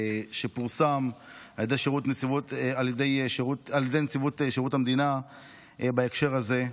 שפורסם על ידי נציבות שירות המדינה בהקשר הזה,